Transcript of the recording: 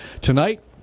Tonight